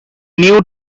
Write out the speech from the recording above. new